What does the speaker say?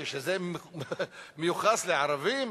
כשזה מיוחס לערבים,